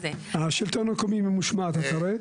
השלטון המקומי ממושמעת, אתה רואה?